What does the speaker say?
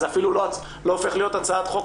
זאת אפילו לא הופכת להיות הצעת חוק